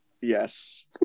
Yes